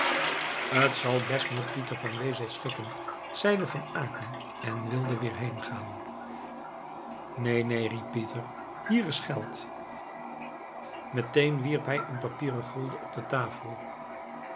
het zal best met pieter van wezel schikken zeide van aecken en wilde weer heengaan neen neen riep pieter hier is geld meteen wierp hij eenen papieren gulden op de tafel